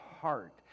heart